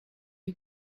you